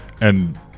and-